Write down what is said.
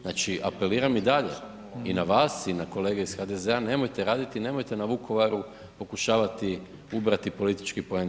Znači, apeliram i dalje i na vas i na kolege iz HDZ-a nemojte raditi i nemojte na Vukovaru pokušavati ubrati politički poen ili dva.